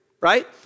right